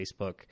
Facebook